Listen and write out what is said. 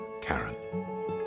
Karen